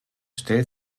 stellt